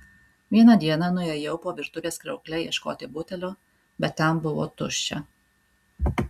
vieną dieną nuėjau po virtuvės kriaukle ieškoti butelio bet ten buvo tuščia